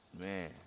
Man